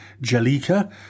Jalika